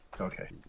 Okay